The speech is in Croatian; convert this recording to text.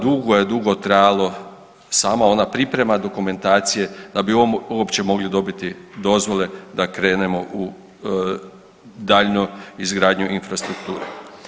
Dugo je dugo trajalo sama ona priprema dokumentacije da bi uopće mogli dobiti dozvole da krenemo u daljnju izgradnju infrastrukture.